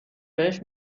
بهش